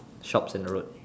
shops in a road